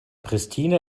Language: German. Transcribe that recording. pristina